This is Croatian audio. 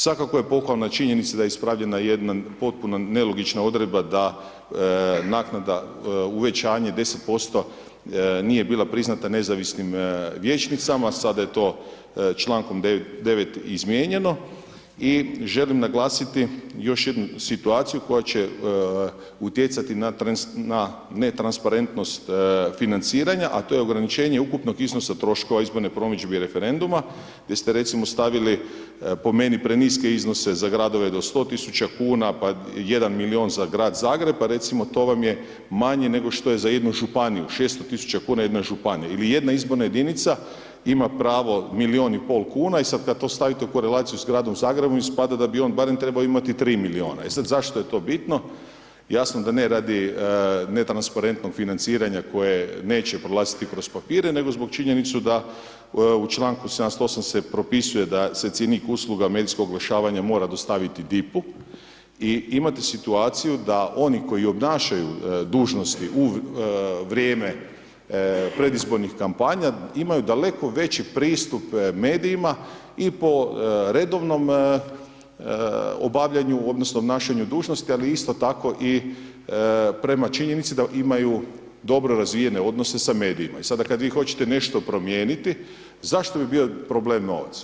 Svakako je pohvalna činjenica da je ispravljena jedna potpuno nelogična odredba da naknada, uvećanje 10% nije bila priznata nezavisnim vijećnicama, sada je to člankom 9. izmijenjeno i želim naglasiti još jednu situaciju koja će utjecati na netransparentnost financiranja a to je ograničenje ukupnog iznosa troškova izborne promidžbe i referenduma gdje ste recimo stavili po meni preniske iznose za gradove do 100 000 kn pa 1 milijun za grad Zagreb a recimo to vam je manje nego što je za jednu županiju, 600 000 kn jednoj županiji ili jedna izborna jedinica ima pravo milijun i pol kn i sad kad to stavite u korelaciju sa gradom Zagrebom, ispada da bi on barem trebao imati 3 milijuna, e sad zašto je to bitno, jasno da ne radi netransparentnog financiranja koje neće prolaziti kroz papir nego zbog činjenice da u članku 78. se propisuje da se cjenik usluga medijskog oglašavanja mora dostaviti DIP-u i imate situaciju da oni koji obnašaju dužnosti u vrijeme predizbornih kampanja, imaju daleko veći pristup medijima i po redovnom obavljanju odnosno obnašanju dužnosti, ali isto tako i prema činjenici da imaju dobro razvijene odnose sa medijima i sada kada vi hoćete nešto promijeniti zašto bi bio problem novac?